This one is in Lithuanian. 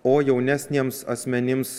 o jaunesniems asmenims